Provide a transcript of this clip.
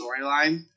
storyline